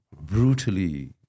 brutally